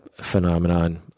phenomenon